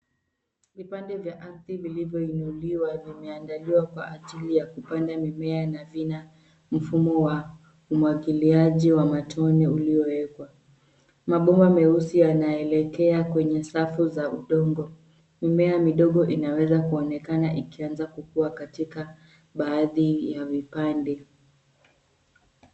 Vipande vya ardhi vilivyo inuliwa vimeandaliwa kwa ajili ya kupanda mimea na vina mfumo wa umwagiliaji wa matone uliowekwa. Mabomba meusi yanaelekea kwenye safu za udongo. Mimea midogo inaweza kuonekana ikianza kukua katika baadhi a vipande.